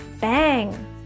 Bang